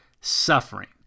suffering